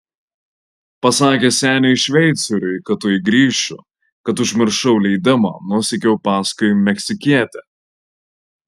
pasakęs seniui šveicoriui kad tuoj grįšiu kad užmiršau leidimą nusekiau paskui meksikietę